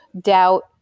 doubt